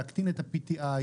להקטין את ה-PTI,